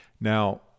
Now